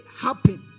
happen